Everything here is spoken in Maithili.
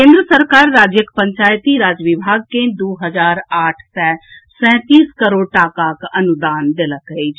केन्द्र सरकार राज्यक पंचायती राज विभागकें दू हजार आठ सय सैंतीस करोड़ टाकाक अनुदान देलक अछि